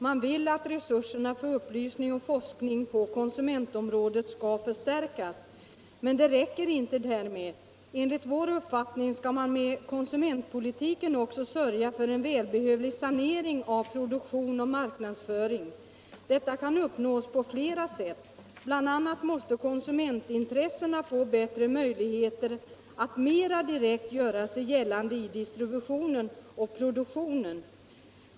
Man vill att resurserna för upplysning och forskning på konsumentområdet skall förstärkas. Men det räcker inte härmed. Enligt vår uppfattning skall man med konsumentpolitiken också sörja för en välbehövlig sanering av produktion och marknadsföring. Detta kan uppnås på flera sätt. BI. a. måste konsumentintressena få bättre möjligheter att mera direkt göra sig gällande i distributionen och produktionen.